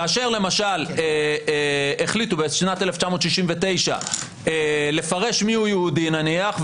כאשר למשל החליטו בשנת 1969 לפרש מיהו יהודי נניח,